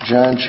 John